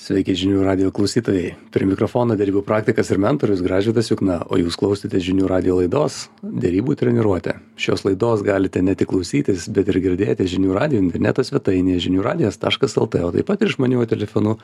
sveiki žinių radijo klausytojai prie mikrofono derybų praktikas ir mentorius gražvydas jukna o jūs klausotės žinių radijo laidos derybų treniruotė šios laidos galite ne tik klausytis bet ir girdėti žinių radijo interneto svetainėje žinių radijas taškas lt o taip pat ir išmaniuoju telefonu